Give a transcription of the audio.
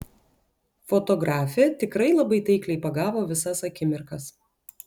fotografė tikrai labai taikliai pagavo visas akimirkas